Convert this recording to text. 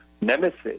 nemesis